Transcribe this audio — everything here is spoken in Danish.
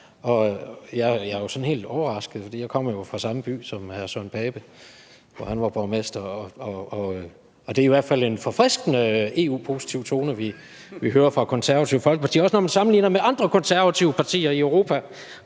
Jeg er sådan helt overrasket, for jeg kommer jo fra samme by som hr. Søren Pape Poulsen – den by, hvor han var borgmester – og det er i hvert fald en forfriskende EU-positiv tone, vi hører fra Det Konservative Folkeparti, også når man sammenligner med andre konservative partier i Europa.